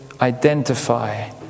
identify